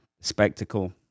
spectacle